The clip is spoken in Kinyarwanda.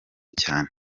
cyane